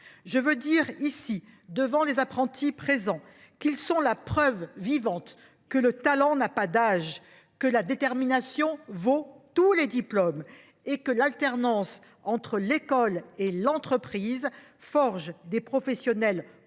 Je veux dire ici, devant les apprentis présents en tribune, qu’ils sont la preuve vivante que le talent n’a pas d’âge, que la détermination vaut tous les diplômes et que l’alternance entre l’école et l’entreprise forge des professionnels complets,